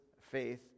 faith